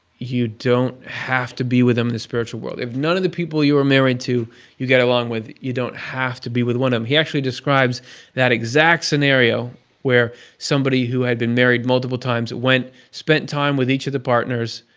you don't have to be with them in the spiritual world. if none of the people you were married to you get along with, you don't have to be with one of. um he actually describes that exact scenario where somebody who had been married multiple times went, spent time with each of the partners,